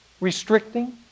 restricting